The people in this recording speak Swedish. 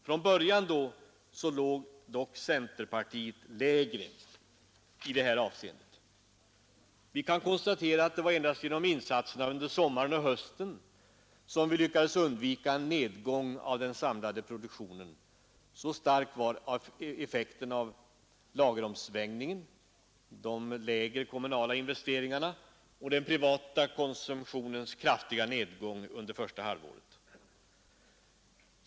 Från början låg dock centerpartiet lägre i detta avseende. Vi kan konstatera att det var endast genom insatserna under sommaren och hösten som man lyckades undvika en nedgång av den samlade produktionen så stark var effekten av lageromsvängningen, de lägre kommunala investeringarna och den privata konsumtionens kraftiga nedgång under första halvåret.